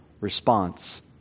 response